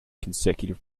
consecutive